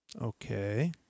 Okay